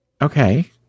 Okay